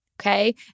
Okay